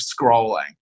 scrolling